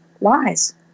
lies